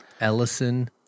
Ellison